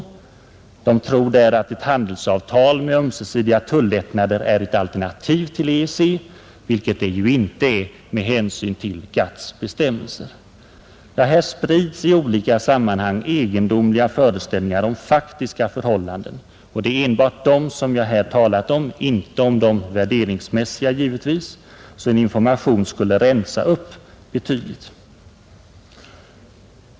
Dessa författare tror t.ex. att ett handelsavtal med ömsesidiga tullättnader är ett alternativ till EEC, vilket det ju inte är med hänsyn till GATT:s bestämmelser. Det sprids alltså i olika sammanhang egendomliga föreställningar om faktiska förhållanden. Det är enbart dem som jag nu talat om, inte om de värderingsmässiga givetvis. En information skulle alltså rensa upp betydligt.